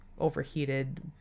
overheated